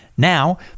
Now